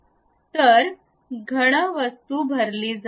तर घन वस्तू भरली जाईल